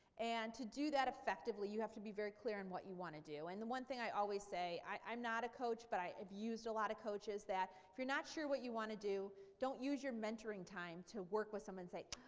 and to do that effectively you have to be very clear on and what you want to do. and the one thing i always say i'm not a coach but i have used a lot of coaches that if you're not sure what you want to do don't use your mentoring time to work with them and say,